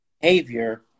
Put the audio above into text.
behavior